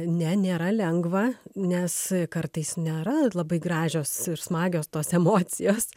ne nėra lengva nes kartais nėra labai gražios ir smagios tos emocijos